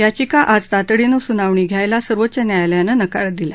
याचिका आज तातडीनं सुनावणीला घ्यायला सर्वोच्च न्यायालयानं नकार दिला